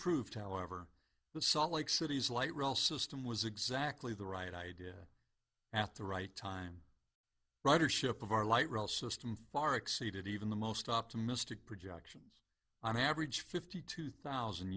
proved however the salt lake city's light rail system was exactly the right idea at the right time ridership of our light rail system far exceeded even the most optimistic projections on average fifty two thousand